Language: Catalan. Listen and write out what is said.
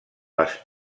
les